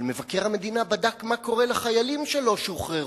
אבל מבקר המדינה בדק מה קורה לחיילים שלא שוחררו.